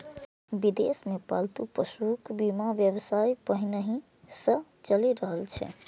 विदेश मे पालतू पशुक बीमा व्यवसाय पहिनहि सं चलि रहल छै